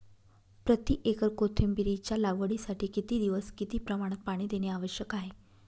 प्रति एकर कोथिंबिरीच्या लागवडीसाठी किती दिवस किती प्रमाणात पाणी देणे आवश्यक आहे?